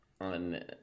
on